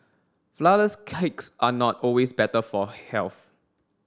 flourless cakes are not always better for health